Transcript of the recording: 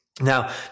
Now